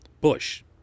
Bush